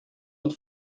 und